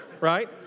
right